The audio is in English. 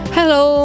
Hello